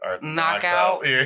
knockout